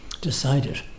decided